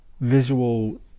visual